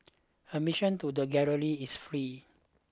admission to the galleries is free